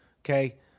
okay